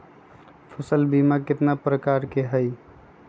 फसल बीमा कतना प्रकार के हई?